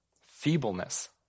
feebleness